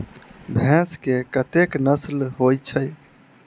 भैंस केँ कतेक नस्ल होइ छै?